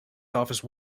office